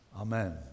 amen